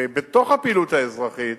ובתוך הפעילות האזרחית